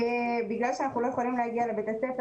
בגלל שאנחנו לא יכולים להגיע לבתי הספר